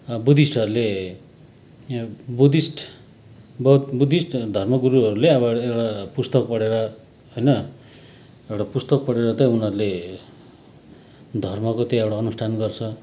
बुद्धिस्टहरूले बुद्धिस्ट बौध बुद्धिस्ट धर्म गुरूहरुले अब एउटा पुस्तक पढेर होइन एउटा पुस्तक पढेर चाहिँ उनीहरूले धर्मको त्यो एउटा अनुष्ठान गर्छ